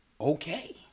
okay